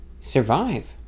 survive